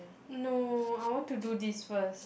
no I want to do this first